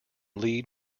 lead